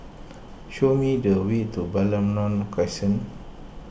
show me the way to Balmoral Crescent